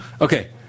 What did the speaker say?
Okay